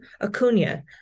Acuna